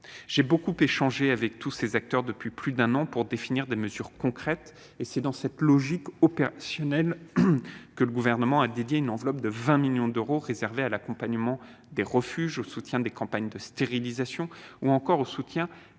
J'ai beaucoup échangé avec tous ces acteurs depuis plus d'un an pour définir des mesures concrètes. C'est dans cette logique opérationnelle que le Gouvernement a réservé une enveloppe de 20 millions d'euros pour l'accompagnement des refuges au soutien des campagnes de stérilisation ou encore au soutien